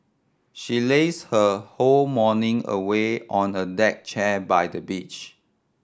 she lazed her whole morning away on a deck chair by the beach